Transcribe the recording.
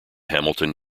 hamilton